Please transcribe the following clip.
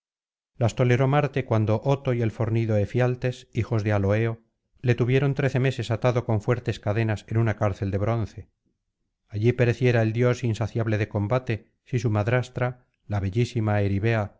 las toleró marte cuando oto y el fornido efialtes hijos de aloeo le tuvieron trece meses atado con fuertes cadenas en una cárcel de bronce allí pereciera el dios insaciable de combate si su madrastra la bellísima eribea